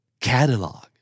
Catalog